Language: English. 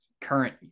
current